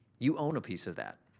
you own a piece of that,